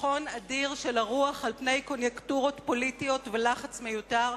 ניצחון אדיר של הרוח על פני קוניונקטורות פוליטיות ולחץ מיותר.